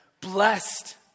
blessed